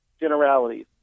generalities